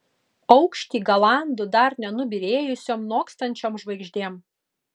aukštį galandu dar nenubyrėjusiom nokstančiom žvaigždėm